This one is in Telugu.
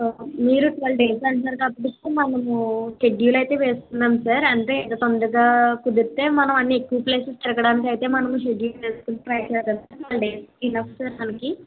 మీరు ట్వెల్వ్ డేస్ అంటున్నారు కాబట్టి సార్ మనము షెడ్యూల్ అయితే వేస్తున్నాం సార్ అంటే తొందరగా కుదిరితే మనం అన్ని ఎక్కువ ప్లేసెస్ తిరగడానికి అయితే మనము షెడ్యూల్ వేసుకుని ట్రై చేద్దాం sir twelve days enough sir మనకి